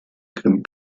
grimm